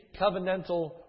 covenantal